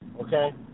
okay